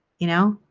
you know.